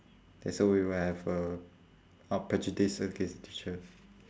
then so we will have a uh prejudice against the teacher